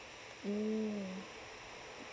mm